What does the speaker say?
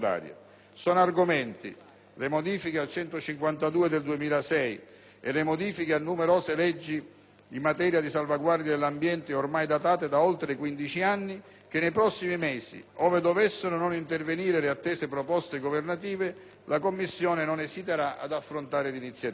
Sono argomenti, le modifiche al decreto legislativo n. 152 del 2006 e le modifiche a numerose leggi in materia di salvaguardia dell'ambiente ormai datate da oltre quindici anni, che nei prossimi mesi, ove dovessero non intervenire le attese proposte governative, la Commissione non esiterà ad affrontare. È stato